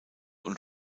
und